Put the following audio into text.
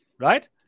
right